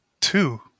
two